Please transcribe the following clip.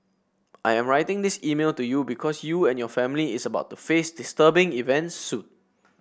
I am writing this mail to you because you and your family is about to face disturbing events soon